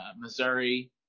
Missouri